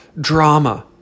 drama